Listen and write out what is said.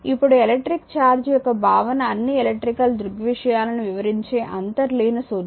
ఇప్పుడు electric charge యొక్క భావన అన్ని ఎలక్ట్రికల్ దృగ్విషయాలను వివరించే అంతర్లీన సూత్రం